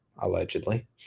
allegedly